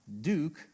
Duke